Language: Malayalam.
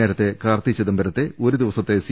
നേരത്തെ കാർത്തി ചിദംബരത്തെ ഒരു ദിവസത്തെ സി